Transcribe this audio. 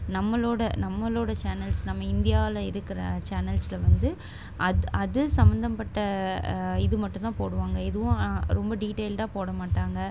நம்மளோடய நம்மளோடய சேனல்ஸ் நம்ம இந்தியாவில் இருக்கிற சேனல்ஸில் வந்து அது அது சம்மந்தப்பட்ட இது மட்டும்தான் போடுவாங்க எதுவும் ரொம்ப டீட்டெய்ல்டாக போடமாட்டாங்க